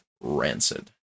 rancid